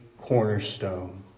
cornerstone